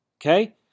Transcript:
Okay